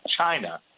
China